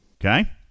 Okay